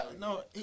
no